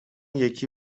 یکی